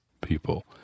people